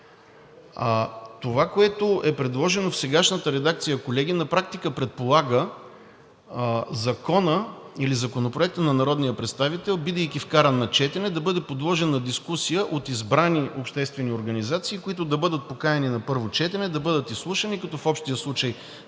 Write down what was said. Това, което е предложено в сегашната редакция, колеги, на практика предполага законът или законопроектът на народния представител, бидейки вкаран на четене, да бъде подложен на дискусия от избрани обществени организации, които да бъдат поканени на първо четене, да бъдат изслушани, като в общия случай